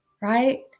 right